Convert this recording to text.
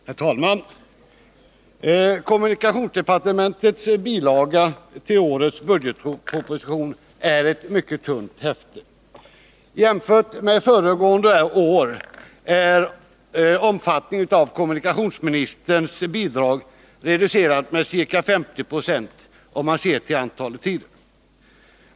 Herr talman! Kommunikationsdepartementets bilaga till årets budgetproposition är ett mycket tunt häfte. Jämfört med föregående års aktstycke är nu kommunikationsministerns bidrag reducerat med ca 50 96, om man ser till antalet sidor.